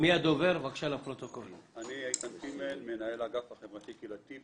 שמי איתן טימן, מנהל אגף חברתי קהילתי.